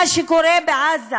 מה שקורה בעזה